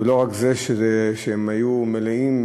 ולא רק זה שהם היו מלאים,